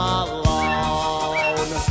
alone